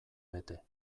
bete